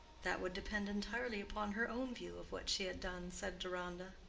that would depend entirely upon her own view of what she had done, said deronda.